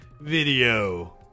video